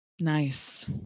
nice